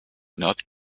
not